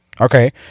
Okay